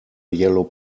yellow